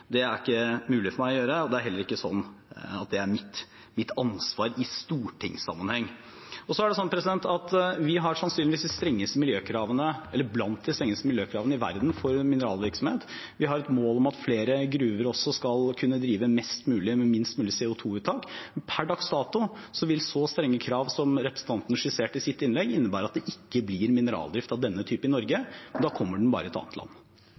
annet område ikke har gjort, er ikke mulig for meg å gjøre, og det er heller ikke mitt ansvar i stortingssammenheng. Vi har sannsynligvis blant de strengeste miljøkravene i verden for mineralvirksomhet. Vi har et mål om at flere gruver også skal kunne drive mest mulig med minst mulig CO 2 -utslipp. Men per dags dato vil så strenge krav som representanten skisserte i sitt innlegg, innebære at det ikke blir mineraldrift av denne typen i Norge, og da kommer den bare i et annet land.